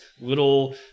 little